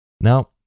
Now